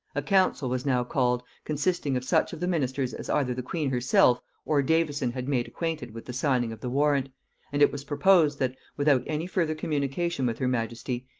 a council was now called, consisting of such of the ministers as either the queen herself or davison had made acquainted with the signing of the warrant and it was proposed that, without any further communication with her majesty,